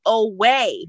away